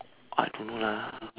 I don't know lah